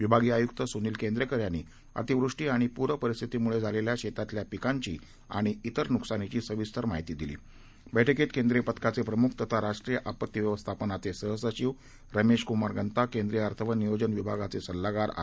विभागीयआयुक्रसुनीलकेंद्रेकरयांनीअतिवृष्टीआणिप्रपरिस्थीतीमुळेझालेल्याशेतातल्यापिकांचीआणि तिरनुकसानिचीसविस्तरमाहितीदिली बस्कीतकेंद्रीयपथकाचेप्रमुखतथाराष्ट्रीयआपत्तीव्यवस्थापनाचेसहसचिवरमेशकुमारगंता केंद्रीयअर्थवनियोजनविभागाचेसल्लागारआर